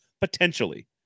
potentially